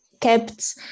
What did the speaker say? kept